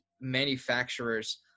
manufacturers